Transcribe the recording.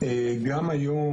גם היום,